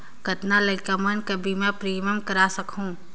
कतना लइका मन कर बीमा प्रीमियम करा सकहुं?